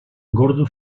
gordo